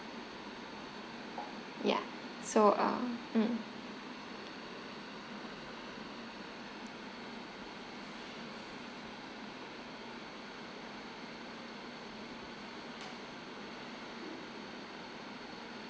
ya so uh mm